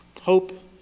Hope